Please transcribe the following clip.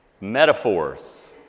Metaphors